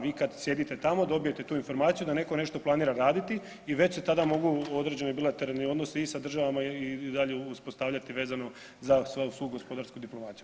Vi kad sjedite tamo dobijete tu informaciju da netko nešto planira raditi i već se tada mogu određeni bilateralni odnosi i sa državama i dalje uspostavljati vezano za su gospodarsku diplomaciju.